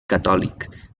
catòlic